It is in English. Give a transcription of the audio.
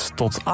tot